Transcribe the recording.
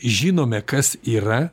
žinome kas yra